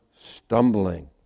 stumbling